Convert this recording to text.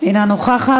אינה נוכחת.